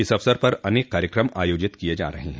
इस अवसर पर अनेक कार्यक्रम आयोजित किए जा रहे हैं